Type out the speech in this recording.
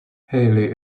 haley